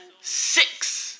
six